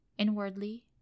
Inwardly